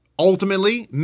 Ultimately